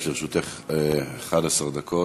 לרשותך 11 דקות.